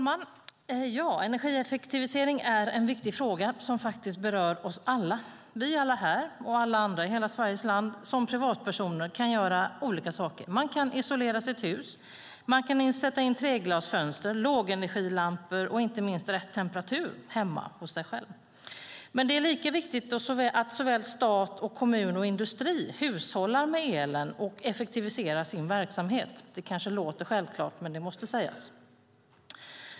Herr talman! Energieffektivisering är en viktig fråga som berör oss alla. Vi alla här och alla andra i hela Sveriges land kan som privatpersoner göra olika saker. Man kan isolera sitt hus, man kan sätta in treglasfönster och lågenergilampor och inte minst ha rätt temperatur hemma. Men det är lika viktigt att såväl stat och kommun som industri hushållar med elen och effektiviserar sin verksamhet. Det kanske låter självklart, men det måste sägas.